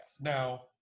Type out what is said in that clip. Now